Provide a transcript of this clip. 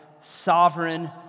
sovereign